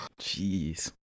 Jeez